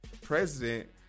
president